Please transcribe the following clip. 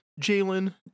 Jalen